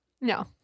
No